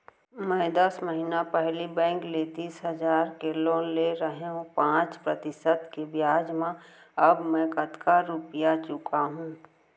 मैं दस महिना पहिली बैंक ले तीस हजार के लोन ले रहेंव पाँच प्रतिशत के ब्याज म अब मैं कतका रुपिया चुका हूँ?